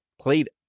played